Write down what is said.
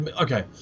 okay